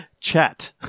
Chat